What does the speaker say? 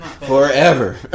Forever